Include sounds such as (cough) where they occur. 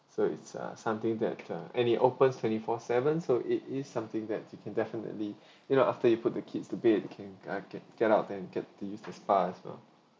so it's uh something that uh and it opens twenty four seven so it is something that you definitely (breath) you know after you put the kids to bed you can uh get~ get out and get the the spa as well